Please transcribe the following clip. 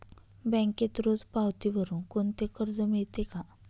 बँकेत रोज पावती भरुन कोणते कर्ज मिळते का?